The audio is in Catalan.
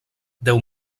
déu